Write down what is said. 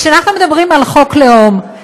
כשאנחנו מדברים על חוק לאום,